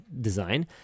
design